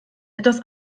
etwas